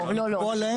לא, לא.